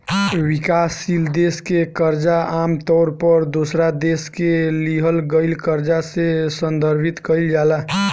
विकासशील देश के कर्जा आमतौर पर दोसरा देश से लिहल गईल कर्जा से संदर्भित कईल जाला